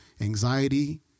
anxiety